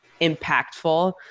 impactful